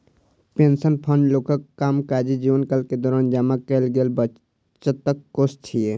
pension fund लोकक कामकाजी जीवनक दौरान जमा कैल गेल बचतक कोष छियै